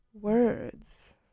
Words